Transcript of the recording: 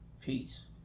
Peace